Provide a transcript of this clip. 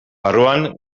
barruan